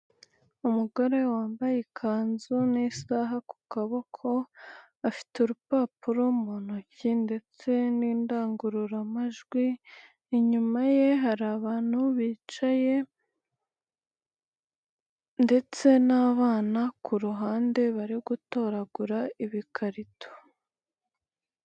Umugore wambaye ikanzu n'isaha ku kaboko, afite urupapuro mu ntoki ndetse n'indangururamajwi, inyuma ye hari abantu bicaye ndetse n'abana, ku ruhande bari gutoragura ibikarito.